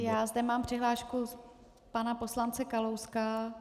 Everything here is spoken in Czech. Já zde mám přihlášku pana poslance Kalouska.